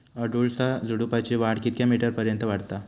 अडुळसा झुडूपाची वाढ कितक्या मीटर पर्यंत वाढता?